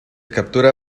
captura